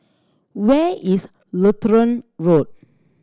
where is Lutheran Road